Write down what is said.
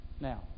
Now